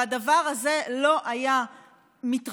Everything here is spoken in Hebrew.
הדבר הזה לא היה מתרחש,